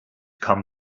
come